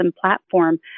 platform